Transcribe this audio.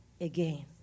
again